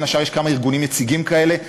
בין השאר יש כמה ארגונים יציגים כאלה,